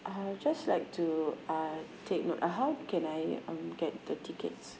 I'll just like to uh take note uh how can I um get the tickets